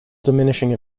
diminishing